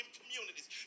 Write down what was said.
communities